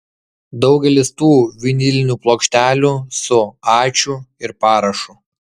daugelis tų vinilinių plokštelių su ačiū ir parašu